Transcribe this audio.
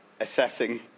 assessing